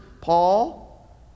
Paul